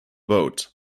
boat